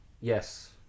Yes